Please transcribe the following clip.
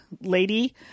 lady